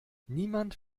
niemand